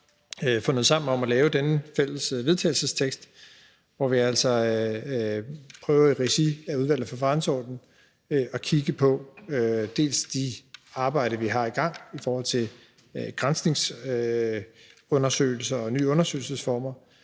vi så fundet sammen om at lave denne fælles vedtagelsestekst, hvor vi altså prøver i regi af Udvalget for Forretningsordenen at kigge på det arbejde, vi har i gang, i forhold til granskningsundersøgelser og nye undersøgelsesformer